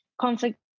conflict